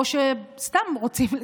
או שסתם רוצים,